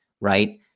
right